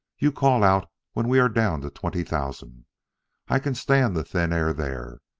you call out when we are down to twenty thousand i can stand the thin air there.